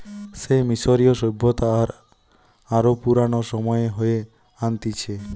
সে মিশরীয় সভ্যতা আর আরো পুরানো সময়ে হয়ে আনতিছে